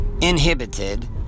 inhibited